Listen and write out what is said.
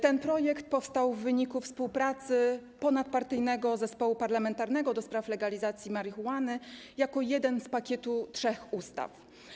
Ten projekt powstał w wyniku współpracy ponadpartyjnego Parlamentarnego Zespołu ds. Legalizacji Marihuany jako jeden z pakietu trzech ustaw.